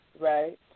right